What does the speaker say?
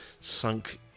sunk